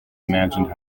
imagined